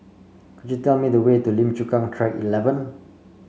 could you tell me the way to Lim Chu Kang Track Eleven